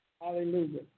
Hallelujah